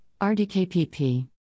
Rdkpp